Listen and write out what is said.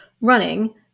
running